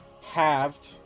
halved